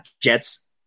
Jets